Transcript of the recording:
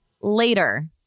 later